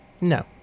No